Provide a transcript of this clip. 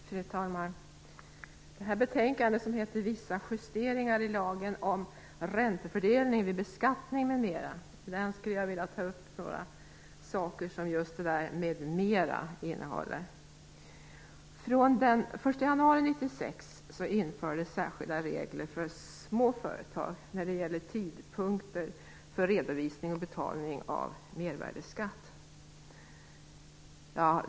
Fru talman! Detta betänkande heter Vissa justeringar i lagen om räntefördelning vid beskattning, m.m. Ur det skulle jag vilja ta upp några saker som just innefattas i m.m. Från den 1 januari 1996 infördes särskilda regler för småföretag när det gäller tidpunkter för redovisning och betalning av mervärdesskatt.